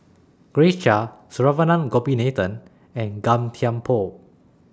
Grace Chia Saravanan Gopinathan and Gan Thiam Poh